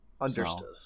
Understood